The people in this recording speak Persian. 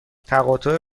تقاطع